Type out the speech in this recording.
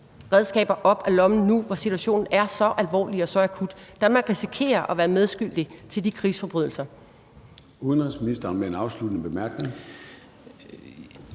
redskaber op af lommen nu, hvor situationen er så alvorlig og så akut? Danmark risikerer at være medskyldig i de krigsforbrydelser.